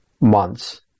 months